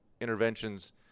interventions